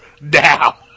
now